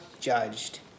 judged